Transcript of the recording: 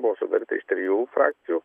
buvo sudaryta iš trijų frakcijų